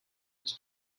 his